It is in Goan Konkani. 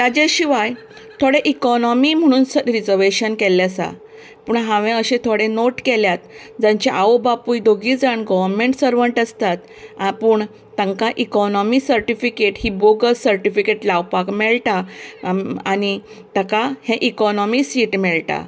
ताजे शिवाय थोडे इकॉनॉमी म्हणून रिजर्वेशन केल्लें आसा पूण हांवें अशें थोडे नोट केल्यात जांचे आवय बापूय दोगी जाण गर्वरमेट सर्वंट आसतात आ पूण तांकां इकॉनॉमी सर्टीफीकेट ही बोगस सर्टीफीकेट लावपाक मेळटा आनी ताका हे इकॉनॉमी सर्टीफीकेट मेळटा